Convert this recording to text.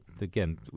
again